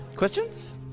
Questions